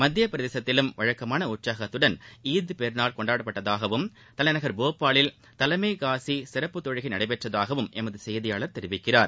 மத்திய பிரதேசத்திலும் வழக்கமான உற்சாகத்துடன் ஈத்பெருநாள் கொண்டாடப்பட்டதாகவும் தலைநகர் போபாலில் தலைமை காஸி சிறப்பு தொகை நடைபெற்றதாகவும் எமது செய்தியாளர் தெரிவிக்கிறார்